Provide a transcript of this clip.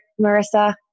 marissa